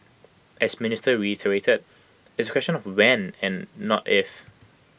as minister reiterated it's A question of when and not if